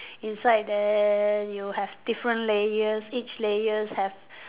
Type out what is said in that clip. inside then you have different layers each layers have